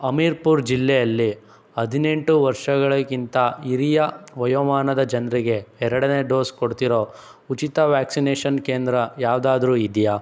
ಹಮೀರ್ಪುರ್ ಜಿಲ್ಲೆಯಲ್ಲಿ ಹದಿನೆಂಟು ವರ್ಷಗಳಿಕ್ಕಿಂತ ಹಿರಿಯ ವಯೋಮಾನದ ಜನರಿಗೆ ಎರಡನೇ ಡೋಸು ಕೊಡ್ತಿರೋ ಉಚಿತ ವ್ಯಾಕ್ಸಿನೇಷನ್ ಕೇಂದ್ರ ಯಾವುದಾದ್ರೂ ಇದೆಯಾ